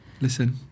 listen